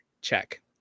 check